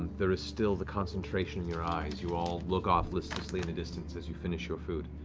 there is still the concentration in your eye as you all look off listlessly in the distance as you finish your food.